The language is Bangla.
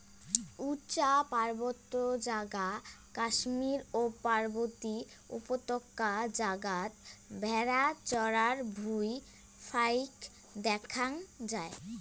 উচা পার্বত্য জাগা কাশ্মীর ও পার্বতী উপত্যকা জাগাত ভ্যাড়া চরার ভুঁই ফাইক দ্যাখ্যাং যাই